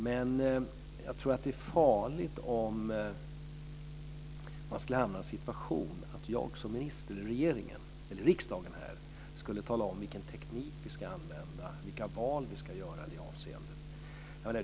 Men jag tror att det är farligt om man skulle hamna i en situation att jag som minister eller regeringen eller riksdagen skulle tala om vilken teknik vi ska använda och vilka val vi ska göra i det avseendet.